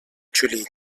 xulilla